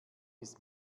ist